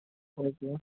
okay